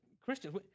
Christians